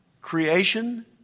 Creation